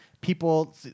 People